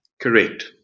Correct